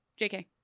JK